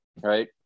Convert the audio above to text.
Right